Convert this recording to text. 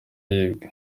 yibwe